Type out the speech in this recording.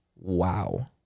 Wow